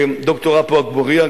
ד"ר עפו אגבאריה,